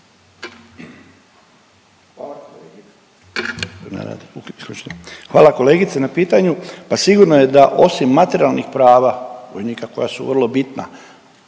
Hvala kolegice na pitanju. Pa sigurno je da osim materijalnih prava vojnika koja su vrlo bitna,